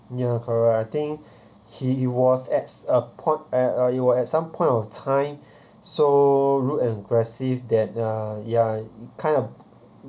ya correct I think he was as a port eh uh was at some point of time so rude and aggressive that uh ya kind of